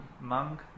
monk